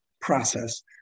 process